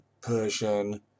persian